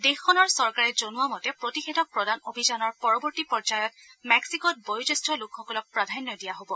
দেশখনৰ চৰকাৰে জনোৱা মতে প্ৰতিষেধক প্ৰদান অভিযানৰ পৰৱৰ্তী পৰ্যায়ত মেক্সিকোত বয়োজ্যেষ্ঠ লোকসকলক প্ৰাধান্য দিয়া হব